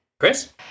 Chris